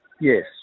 Yes